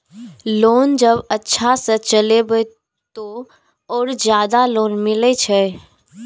Loan जब अच्छा से चलेबे तो और ज्यादा लोन मिले छै?